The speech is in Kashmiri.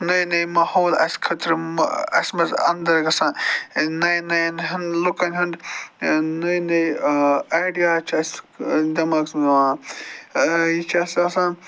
نٔے نٔے ماحول اَسہِ خٲطرٕ اَسہِ منٛز اَندَر گژھان نَیَن نَیَن لُکَن ہُنٛد نٔے نٔے آیِڈیا چھِ اَسہِ دٮ۪ماغَس منٛز یِوان یہِ چھِ اَسہِ آسان